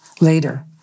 later